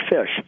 fish